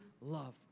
love